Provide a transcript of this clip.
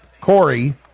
Corey